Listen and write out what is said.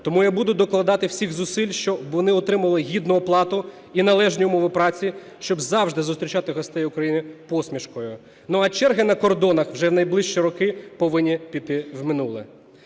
Тому я буду докладати всіх зусиль, щоб вони отримували гідну оплату і належні умови праці, щоб завжди зустрічати гостей України посмішкою. Ну, а черги на кордонах вже в найближчі роки повинні піти в минуле.